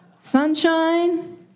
sunshine